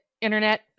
internet